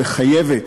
וחייבת,